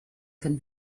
can